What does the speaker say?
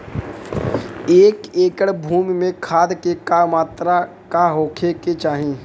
एक एकड़ भूमि में खाद के का मात्रा का होखे के चाही?